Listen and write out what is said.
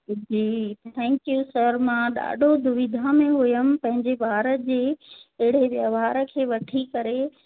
ji thank you sir मां ॾाढो दुविधा में हुयमि पंहिंजे ॿार जे अहिड़े व्यवहार खे वठी करे